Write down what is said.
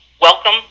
welcome